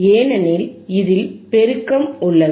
ஏனெனில் இதில் பெருக்கம் உள்ளது